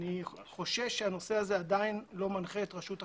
אני חושש שהנושא הזה עדיין לא מנחה את רשות החשמל.